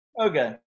Okay